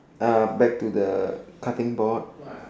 uh back to the cutting board